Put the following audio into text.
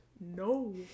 No